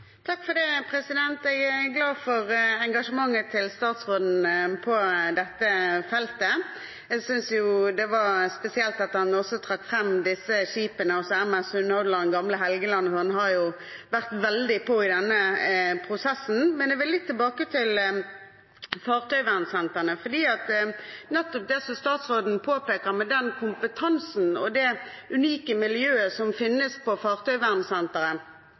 Jeg er glad for engasjementet fra statsråden på dette feltet. Jeg synes det var spesielt at han også trakk fram skipene MS «Sunnhordland» og MS «Gamle Helgeland». Han har vært veldig på i denne prosessen. Men jeg vil litt tilbake til fartøyvernsentrene. Det som statsråden påpekte om kompetanse og det unike miljøet som finnes på